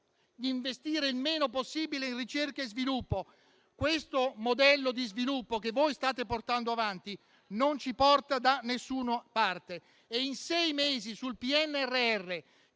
di investire il meno possibile in ricerca e sviluppo. Questo modello di sviluppo che voi state portando avanti non ci porta da nessuna parte e in sei mesi sul PNRR,